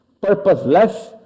purposeless